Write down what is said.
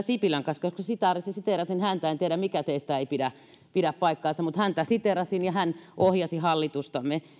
sipilän kanssa koska siteerasin häntä en tiedä mikä teistä ei pidä pidä paikkaansa mutta häntä siteerasin ja hän ohjasi hallitustamme